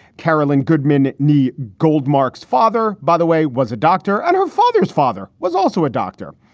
carolyn goodman, nee gold. mark's father, by the way, was a doctor and her father's father was also a doctor.